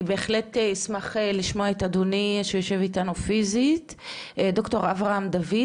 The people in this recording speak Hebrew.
אני אשמח לשמוע את ד"ר אברהם דוד,